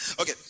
Okay